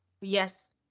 Yes